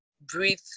breathe